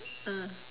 ah